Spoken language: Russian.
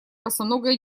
босоногая